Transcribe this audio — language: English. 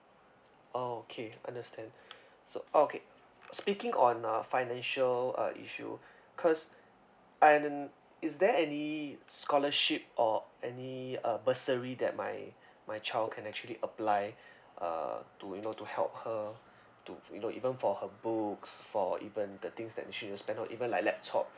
okay understand so oh okay speaking on uh financial uh issue cause as in is there any scholarship or any uh bursary that my my child can actually apply uh to you know to help her to you know even for her books for even the things that she use but not able like laptop